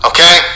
Okay